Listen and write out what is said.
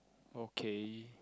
okay